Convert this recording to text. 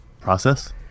process